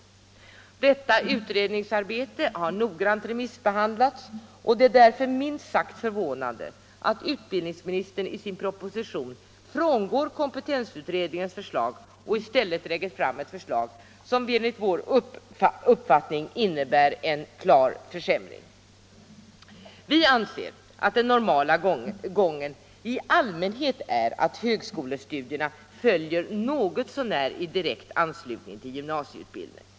Resultaten av detta utredningsarbete har noggrant remissbehandlats, och det är därför minst sagt förvånande att utbildningsministern i sin proposition frångår kompetenskommitténs förslag och i stället lägger fram ett förslag som enligt vår uppfattning innebär en klar försämring. Vi anser att den normala gången är att högskolestudierna följer i någotsånär direkt anslutning till gymnasieutbildningen.